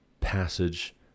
passage